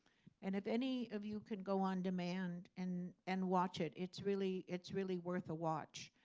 and if any of you can go on demand and and watch it, it's really it's really worth a watch.